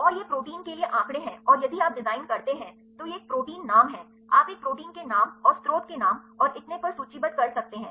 और ये प्रोटीन के लिए आँकड़े हैं और यदि आप डिज़ाइन करते हैं तो यह एक प्रोटीन नाम है आप एक प्रोटीन के नाम और स्रोत के नाम और इतने पर सूचीबद्ध कर सकते हैं